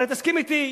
הרי תסכים אתי,